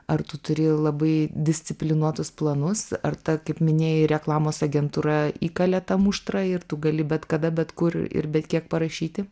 ar tu turi labai disciplinuotus planus ar ta kaip minėjai reklamos agentūra įkalė tą muštrą ir tu gali bet kada bet kur ir bet kiek parašyti